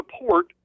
support